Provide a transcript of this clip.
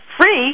free